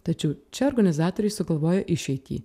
tačiau čia organizatoriai sugalvojo išeitį